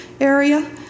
area